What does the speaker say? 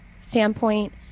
standpoint